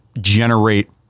generate